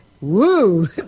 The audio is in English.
woo